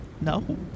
No